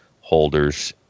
holders